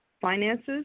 finances